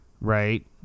right